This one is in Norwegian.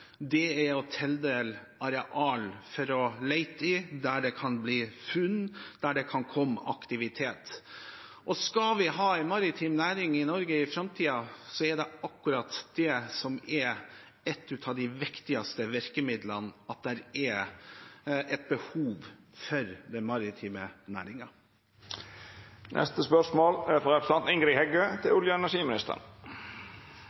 å tildele areal for å lete i, der det kan bli funn, der det kan komme aktivitet. Og skal vi ha en maritim næring i Norge i framtiden, er det akkurat det som er et av de viktigste virkemidlene, at det er et behov for den maritime